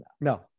No